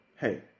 hey